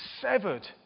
Severed